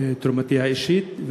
תרומתי האישית.